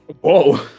Whoa